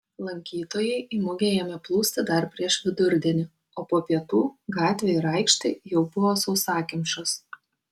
lankytojai į mugę ėmė plūsti dar prieš vidurdienį o po pietų gatvė ir aikštė jau buvo sausakimšos